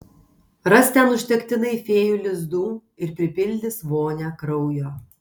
ras ten užtektinai fėjų lizdų ir pripildys vonią kraujo